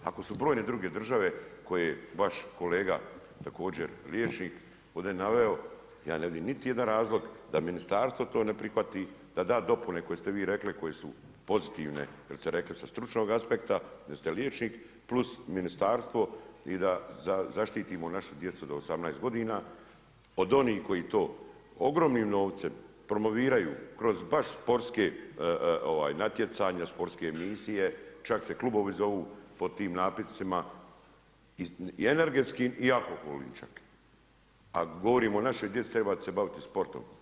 Ako su brojne duge države koje je vaš kolega, također liječnik, ovdje naveo ja ne vidim niti jedan razlog da ministarstvo to ne prihvati, da da dopune koje ste vi rekli koje su pozitivne jel ste rekli sa stručnog aspekta jer ste liječnik, plus ministarstvo i da zaštitimo našu djecu do 18 godina od onih koji to ogromnim novcem promoviraju kroz sportska natjecanja, sportske emisije, čak se klubovi zovu po tim napitcima i energetskim i alkoholnim čak, a govorimo našoj djeci trebate se baviti sportom.